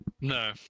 No